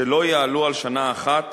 שלא יעלו על שנה אחת